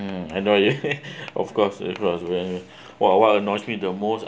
mm enjoy it of course of course when what what annoys me the most